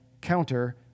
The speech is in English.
counter